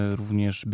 również